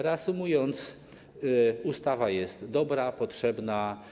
Reasumując, ustawa jest dobra, potrzebna.